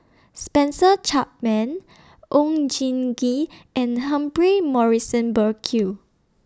Spencer Chapman Oon Jin Gee and Humphrey Morrison Burkill